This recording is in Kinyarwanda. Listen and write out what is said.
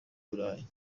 burayi